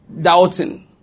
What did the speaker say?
doubting